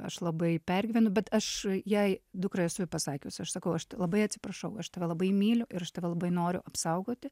aš labai pergyvenu bet aš jai dukrai esu ir pasakius aš sakau aš t labai atsiprašau aš tave labai myliu ir aš tave labai noriu apsaugoti